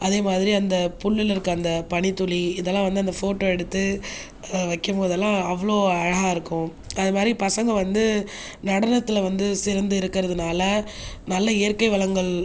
அதே மாதிரி அந்த புல்லில் இருக்கற அந்த பனித்துளி இதெல்லாம் வந்து அந்த ஃபோட்டோ எடுத்து வைக்கும் போதெல்லாம் அவ்வளவு அழகாக இருக்கும் அது மாதிரி பசங்கள் வந்து நடனத்தில் வந்து சிறந்து இருக்கிறதுனால நல்ல இயற்கை வளங்கள்